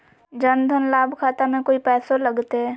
जन धन लाभ खाता में कोइ पैसों लगते?